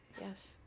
Yes